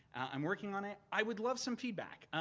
i'm working on it. i would love some feedback.